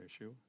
issue